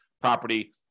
property